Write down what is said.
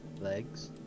Legs